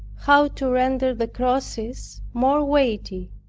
how to render the crosses more weighty,